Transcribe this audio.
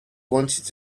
wanted